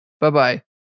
Bye-bye